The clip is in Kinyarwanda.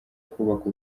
kubaka